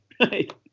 right